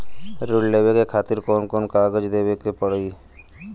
ऋण लेवे के खातिर कौन कोन कागज देवे के पढ़ही?